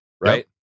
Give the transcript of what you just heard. right